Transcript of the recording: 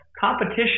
competition